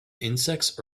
insects